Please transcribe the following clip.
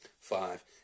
five